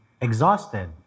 exhausted